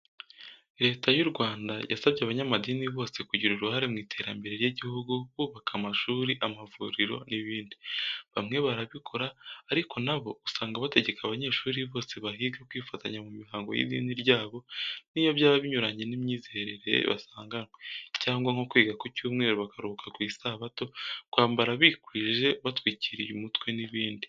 Leta y'u Rwanda yasabye abanyamadini bose kugira uruhare mu iterambere ry'igihugu bubaka amashuri, amavuriro n'ibindi. Bamwe barabikora, ariko na bo usanga bategeka abanyeshuri bose bahiga kwifatanya mu mihango y'idini ryabo n'iyo byaba binyuranye n'imyizerere basanganwe cyangwa nko kwiga ku cyumweru bakaruhuka ku isabato, kwambara bikwije, batwikiriye umutwe n'ibindi.